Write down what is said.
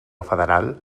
federal